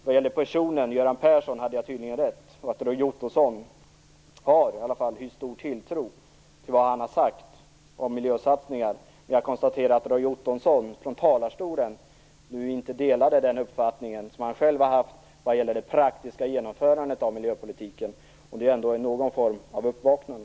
Vad gäller personen Göran Persson hade jag tydligen rätt. I varje fall har Roy Ottosson hyst stor tilltro till vad Göran Persson sagt om miljösatsningar. Jag konstaterar att Roy Ottosson här i talarstolen nyss inte hade samma uppfattning som han själv haft om det praktiska genomförandet av miljöpolitiken. Det är ändå någon form av uppvaknande.